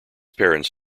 parents